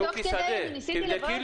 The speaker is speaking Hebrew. תוך כדי אני ניסיתי לברר,